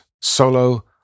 solo